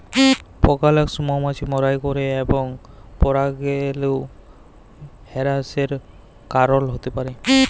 পকালাসক মমাছি মারাই ক্যরে এবং পরাগরেলু হেরাসের কারল হ্যতে পারে